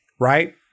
right